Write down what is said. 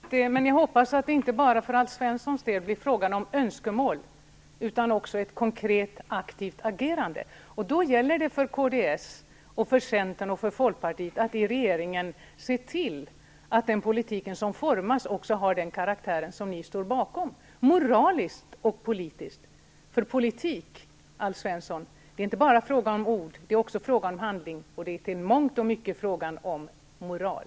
Herr talman! Jag är tacksam för det, men jag hoppas att det inte bara för Alf Svenssons del blir fråga om önskemål utan också ett konkret, aktivt agerande. Då gäller det för kds, för centern och för folkpartiet att i regering se till att den politik som formas också har den karaktär som ni står bakom, moraliskt och politiskt. Politik, Alf Svensson, är nämligen inte bara fråga om ord, utan det är också fråga om handling, och det är i mångt och mycket fråga om moral.